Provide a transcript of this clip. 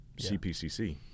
CPCC